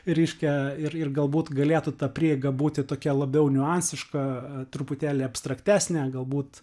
reiškia ir ir galbūt galėtų ta prieiga būti tokia labiau niuansiška truputėlį abstraktesnė galbūt